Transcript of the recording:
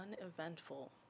uneventful